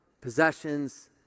possessions